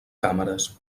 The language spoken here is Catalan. càmeres